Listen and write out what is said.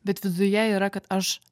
bet viduje yra kad aš